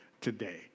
today